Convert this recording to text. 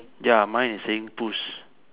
ya mine is saying push